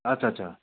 अच्छा अच्छा